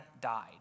died